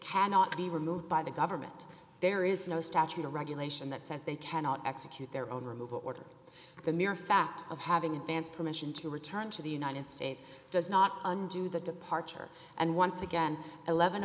cannot be removed by the government there is no statute or regulation that says they cannot execute their own removal order the mere fact of having advanced permission to return to the united states does not undo the departure and once again